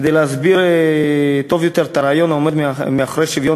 כדי להסביר טוב יותר את הרעיון העומד מאחורי השוויון